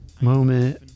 moment